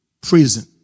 prison